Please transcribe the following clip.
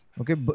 Okay